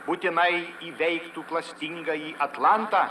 būtinai įveiktų klastingąjį atlantą